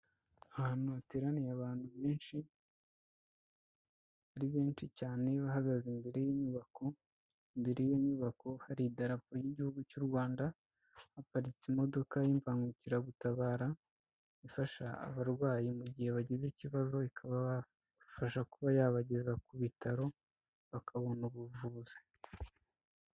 Ahantu hateraniye abantu benshi, ari benshi cyane, bahagaze imbere y'inyubako; imbere y'inyubako hari idarapo ry'igihugu cy'u Rwanda, haparitse imodoka y'imbangukiragutabara, ifasha abarwayi mu gihe bagize ikibazo, ikaba ibabafasha kuba yabageza ku bitaro bakabona ubuvuzi.